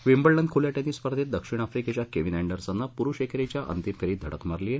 Wimbledon खुल्या tennis स्पर्धेत दक्षिण आफ्रिकेच्या केविन एन्डरसनन पुरुष एकेरीच्या अंतिम फेरीत धडक मारली आहे